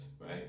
right